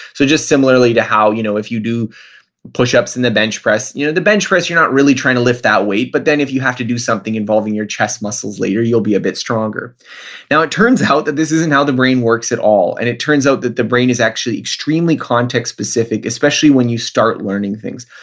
so just similarly to how you know if you do pushups and the bench press, you know the bench press you're not really trying to lift that weight, but if you have to do something involving your chest muscles later, you'll be a bit stronger it turns out that this isn't how the brain works at all. and it turns out that the brain is actually extremely context specific, especially when you start learning things.